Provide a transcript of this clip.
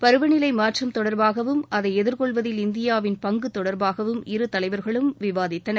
பருவ நிலை மாற்றம் தொடர்பாகவும் அதை எதிர்கொள்வதில் இந்தியாவின் பங்கு தொடர்பாகவும் இரு தலைவர்களும் விவாதித்தனர்